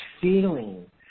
feeling